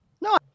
No